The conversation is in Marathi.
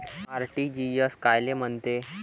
आर.टी.जी.एस कायले म्हनते?